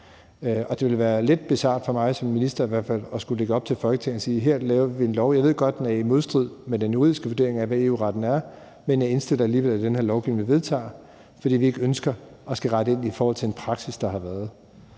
at skulle lægge op til og sige til Folketinget: Her laver vi en lov; jeg ved godt, den er i modstrid med den juridiske vurdering af, hvad EU-retten er, men jeg indstiller alligevel, at det er den her lovgivning, vi vedtager, fordi vi ikke ønsker at skulle rette ind i forhold til en praksis, der har været.